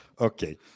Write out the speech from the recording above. Okay